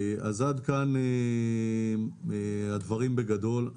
עד כאן הדברים בגדול.